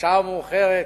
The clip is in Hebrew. השעה מאוחרת,